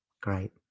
Great